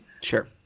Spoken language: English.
Sure